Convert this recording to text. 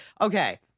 Okay